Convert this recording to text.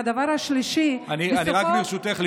הדבר השלישי --- ברשותך,